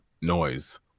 noise